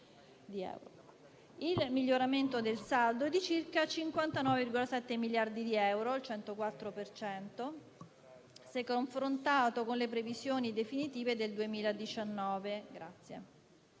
Il miglioramento del saldo è di circa 59,7 miliardi di euro, il 104 per cento, se confrontato con le previsioni definitive del 2019, che